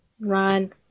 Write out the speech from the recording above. run